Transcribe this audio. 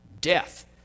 Death